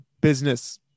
business